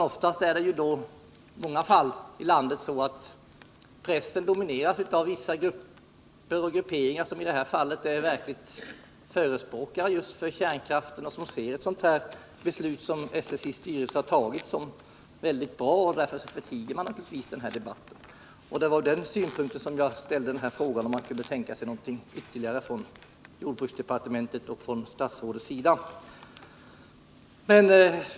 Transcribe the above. Oftast domineras pressen av vissa grupper sådana som denna, som är en verklig förespråkare för kärnkraften och anser ett beslut som det SSI:s styrelse fattat vara mycket bra, varför debatten naturligtvis förtigs. Det var med anledning härav som jag ställde frågan om man kunde tänka sig något ytterligare från jordbruksdepartementets och statsrådets sida.